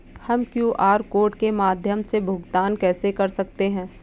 हम QR code के माध्यम से भुगतान कैसे कर सकते हैं?